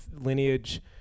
lineage